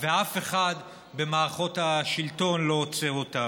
ואף אחד במערכות השלטון לא עוצר אותם.